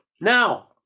Now